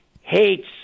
hates